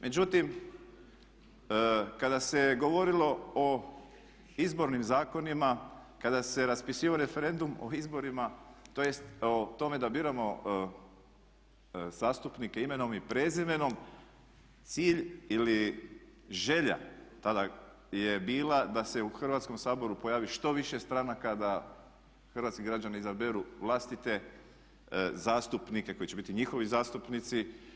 Međutim, kada se govorilo o izbornim zakonima, kada se raspisivao referendum o izborima, tj. o tome da biramo zastupnike imenom i prezimenom cilj ili želja tada je bila da se u Hrvatskom saboru pojavi što više stranaka, da hrvatski građani izaberu vlastite zastupnike koji će biti njihovi zastupnici.